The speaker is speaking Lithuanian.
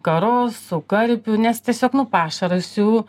karosų karpių nes tiesiog nu pašaras jų